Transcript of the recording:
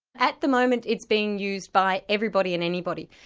at the moment it's being used by everybody and anybody.